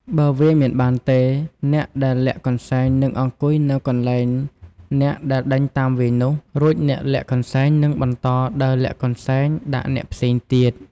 បើវាយមិនបានទេ អ្នកដែលលាក់កន្សែងនឹងអង្គុយនៅកន្លែងអ្នកដែលដេញតាមវាយនោះ រួចអ្នកលាក់កន្សែងនឹងបន្តដើរលាក់កន្សែងដាក់អ្នកផ្សេងទៀត។